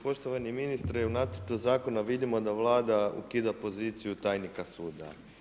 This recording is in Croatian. Poštovani ministre, u nacrtu zakona vidimo da Vlada ukida poziciju tajnika suda.